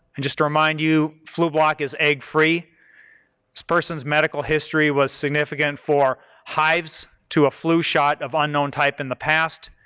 and just to remind you flublok is egg-free. this person's medical history was significant for hives to a flu shot of unknown type in the past,